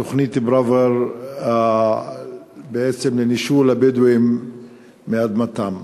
תוכנית פראוור, בעצם לנישול הבדואים מאדמתם.